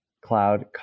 cloud